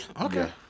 Okay